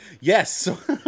Yes